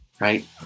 right